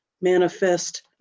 manifest